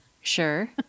Sure